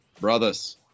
brothers